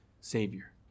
Savior